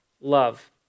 love